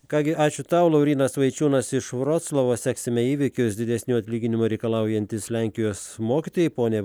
ką gi ačiū tau laurynas vaičiūnas iš vroclavo seksime įvykius didesnių atlyginimų reikalaujantys lenkijos mokytojai po ne